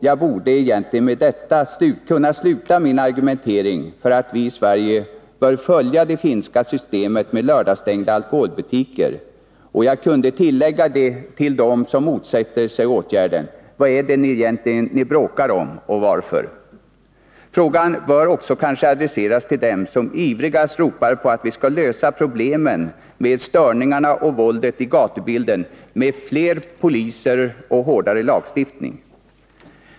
Jag borde egentligen med detta kunna sluta min argumentering för att vi i Sverige bör följa det finska systemet med lördagsstängda alkoholbutiker, och jag kunde tillägga till dem som motsätter sig åtgärden: Vad är det egentligen ni bråkar om och varför? Frågan bör kanske också adresseras till dem som ivrigast ropar på att vi skall lösa problemen med störningarna och våldet i gatubilden med fler poliser och hårdare lagstiftning.